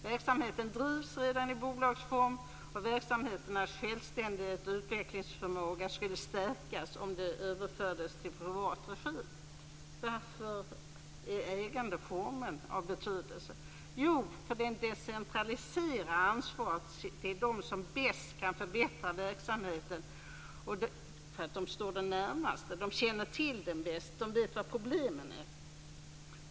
Verksamheten drivs redan i bolagsform, och dess självständighet och utvecklingsförmåga skulle stärkas om den överfördes i privat regi. Varför är ägandeformen av betydelse? Jo, för att den decentraliserar ansvaret till dem som bäst kan förbättra verksamheten, därför att de står den närmast, känner till den bäst och vet var problemen finns.